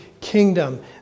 kingdom